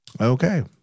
Okay